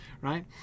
right